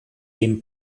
dem